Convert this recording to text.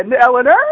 Eleanor